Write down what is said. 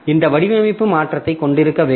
இந்த வடிவமைப்பு மாற்றத்தை கொண்டிருக்க வேண்டும்